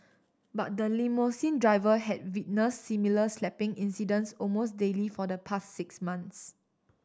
but the limousine driver had witnessed similar slapping incidents almost daily for the past six months